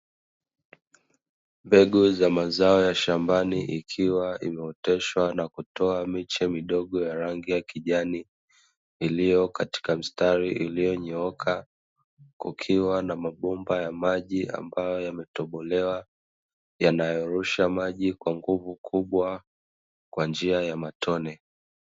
Mbegu za mazao ya shambani ikiwa imeoteshwa na kutoa miche midogo ya rangi ya kijani, iliyo katika mstari ulionyooka kukiwa na mabomba ya maji yakiwa yametobolewa, yanayorusha maji kwa nguvu kuwa kwa njia ya matone.